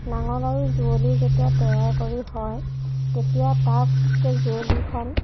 নাঙল আৰু যুঁৱলি যেতিয়া তৈয়াৰ কৰি হয় তেতিয়া তাত যুঁৱলিখন